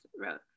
wrote